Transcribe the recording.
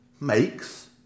makes